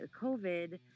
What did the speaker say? covid